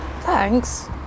Thanks